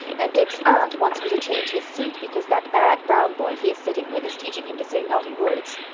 and dick's aunt wants me to change his seat, because that bad brown boy he is sitting with is teaching him to say naughty words.